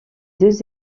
deux